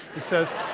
it says,